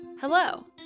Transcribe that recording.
Hello